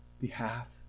behalf